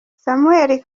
samuel